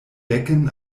decken